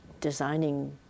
designing